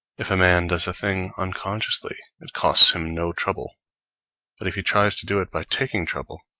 if a man does a thing unconsciously, it costs him no trouble but if he tries to do it by taking trouble,